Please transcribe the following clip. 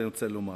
אני רוצה לומר